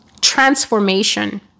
transformation